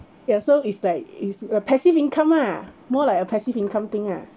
ya so is like is a passive income lah more like a passive income thing lah